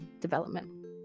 development